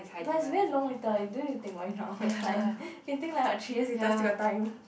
but it's very long later you don't need to think about it now it's like you can think like about three years later still got time